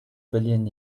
billion